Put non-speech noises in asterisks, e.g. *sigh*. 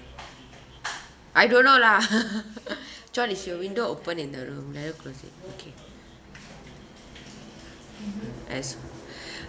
I don't know lah *laughs* john is your window open in the room ya ya close it okay as *breath*